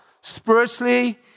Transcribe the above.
spiritually